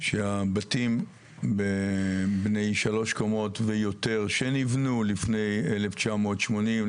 שהבתים בני שלוש קומות ויותר שנבנו לפני 1980,